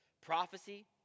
Prophecy